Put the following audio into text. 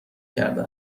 کرده